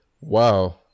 Wow